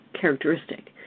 characteristic